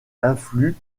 influent